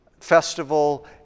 festival